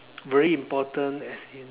really important as in